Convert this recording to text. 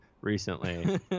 recently